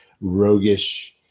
roguish